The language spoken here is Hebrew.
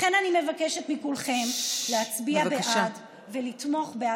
לכן אני מבקשת מכולכם להצביע בעד, בבקשה.